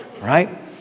right